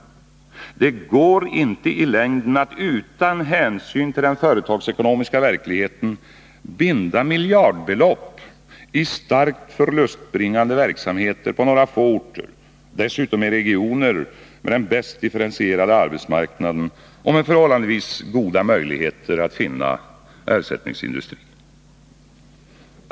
Det går inte i längden att utan hänsyn till den företagsekonomiska verkligheten binda miljardbelopp i starkt förlustbringande verksamheter på några få orter, dessutom i regioner med den bäst differentierade arbetsmarknaden och med förhållandevis goda möjligheter att finna ersättningsindustri.